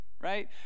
Right